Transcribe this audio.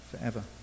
forever